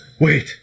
Wait